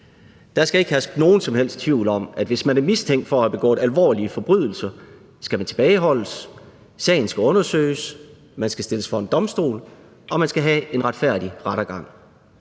Der skal ikke herske nogen som helst tvivl om, at man, hvis man er mistænkt for at have begået alvorlige forbrydelser, skal tilbageholdes, sagen skal undersøges, man skal stilles for en domstol, og man skal have en retfærdig rettergang.